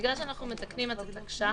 בגלל שאנחנו מתקנים תקש"חים,